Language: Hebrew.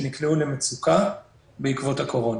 שנקלעו למצוקה בעקבות הקורונה.